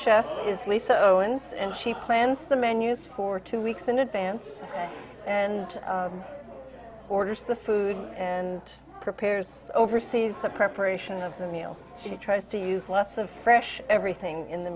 owens and she plans the menus for two weeks in advance and orders the food and prepares oversees the preparation of the meals she tries to use lots of fresh everything in the